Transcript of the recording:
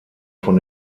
von